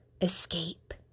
escape